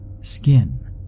Skin